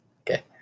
Okay